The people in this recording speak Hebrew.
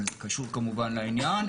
אבל זה קשור כמובן לעניין.